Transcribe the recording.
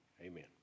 amen